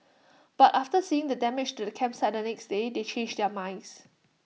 but after seeing the damage to the campsite the next day they changed their minds